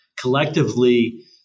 collectively